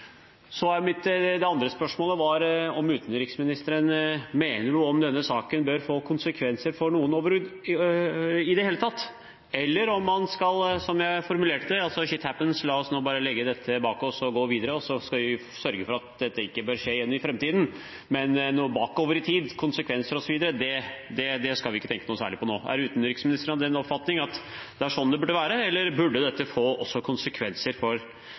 Det andre spørsmålet var om utenriksministeren mener noe om hvorvidt denne saken bør få konsekvenser for noen i det hele tatt, eller om det er slik som jeg formulerte det, at «shit happens», la oss nå bare legge dette bak oss og gå videre, og så skal vi sørge for at dette ikke skjer igjen i framtiden. Det som gjelder bakover i tid, konsekvenser osv., skal vi ikke tenke noe særlig på nå. Er utenriksministeren av den oppfatning at det er slik det burde være, eller burde dette fått konsekvenser for